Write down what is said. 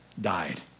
died